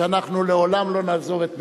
שאנחנו לעולם לא נעזוב את מדינתנו.